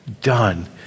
done